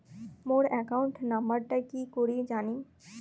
মোর account নাম্বারটা কি করি জানিম?